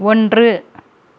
ஒன்று